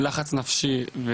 לחץ נפשי,